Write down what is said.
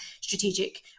strategic